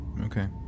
okay